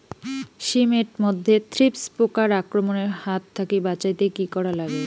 শিম এট মধ্যে থ্রিপ্স পোকার আক্রমণের হাত থাকি বাঁচাইতে কি করা লাগে?